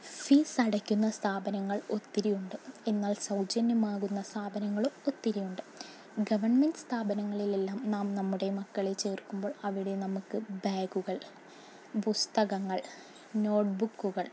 fees അടയ്ക്കുന്ന സ്ഥാപനങ്ങൾ ഒത്തിരിയുണ്ട് എന്നാൽ സൗജന്യമാകുന്ന സ്ഥാപനങ്ങളും ഒത്തിരിയുണ്ട് ഗവൺമെൻ്റ് സ്ഥാപനങ്ങളിലെല്ലാം നാം നമ്മുടെ മക്കളെ ചേർക്കുമ്പോൾ അവിടെ നമുക്ക് ബാഗുകൾ പുസ്തകങ്ങൾ നോട്ട്ബുക്കുകൾ